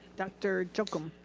dr. jocham.